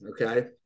okay